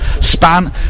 span